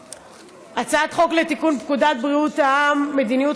הצעת חוק לתיקון פקודת בריאות העם (מדיניות